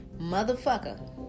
Motherfucker